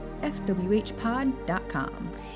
FWHpod.com